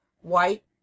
white